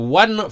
one